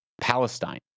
Palestine